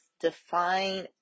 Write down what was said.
define